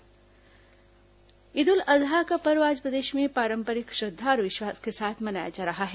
ईद उल अजहा ईद उल अजहा का पर्व आज प्रदेश में पारंपरिक श्रद्धा और विश्वास के साथ मनाया जा रहा है